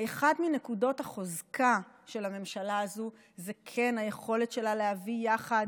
אחת מנקודות החוזקה של הממשלה הזו היא היכולת שלה להביא יחד